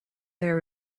their